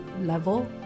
level